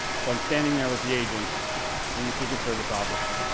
so i'm standing there with the agents in the secret service office